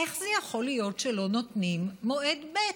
איך זה יכול להיות שלא נותנים מועד ב'?